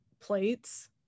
plates